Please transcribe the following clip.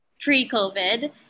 pre-COVID